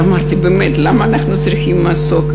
אז אמרתי: באמת, למה אנחנו צריכים מסוק?